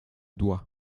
doigt